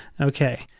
Okay